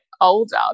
older